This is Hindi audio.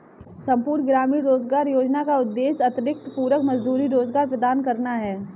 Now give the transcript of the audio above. संपूर्ण ग्रामीण रोजगार योजना का उद्देश्य अतिरिक्त पूरक मजदूरी रोजगार प्रदान करना है